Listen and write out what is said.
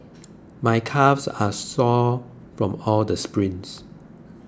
my calves are sore from all the sprints